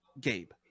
Gabe